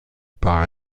par